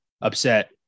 upset